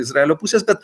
izraelio pusės bet